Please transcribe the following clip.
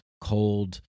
cold